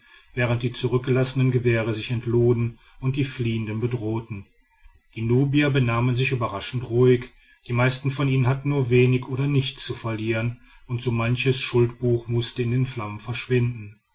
während die zurückgelassenen gewehre sich entluden und die fliehenden bedrohten die nubier benahmen sich überraschend ruhig die meisten von ihnen hatten nur wenig oder nichts zu verlieren und so manches schuldbuch mußte in den flammen verschwinden